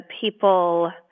people